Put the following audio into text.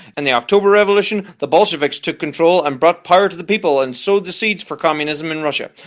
and the october revolution, the bolsheviks took control and brought power to the people and sowed the seeds for communism in russia.